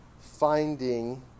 finding